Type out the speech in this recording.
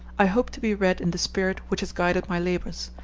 i hope to be read in the spirit which has guided my labors,